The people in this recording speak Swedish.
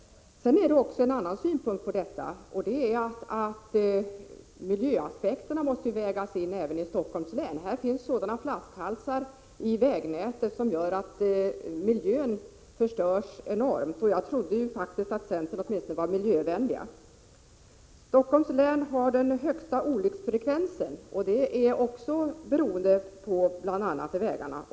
Det finns också en annan synpunkt på detta. Miljöaspekterna måste vägas in även i Stockholms län. Här finns det flaskhalsar i vägnätet som gör att miljön förstörs enormt, och jag trodde faktiskt att centern åtminstone var miljövänlig. Stockholms län har den högsta olycksfrekvensen, och det är också beroende på bl.a. vägarna.